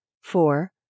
Four